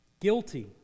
Guilty